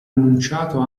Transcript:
annunciato